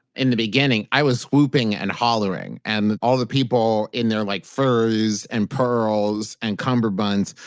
in the beginning, i was whooping and hollering, and all the people in their like furs and pearls and cummerbunds,